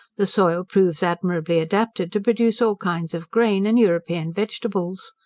the soil proves admirably adapted to produce all kinds of grain, and european vegetables.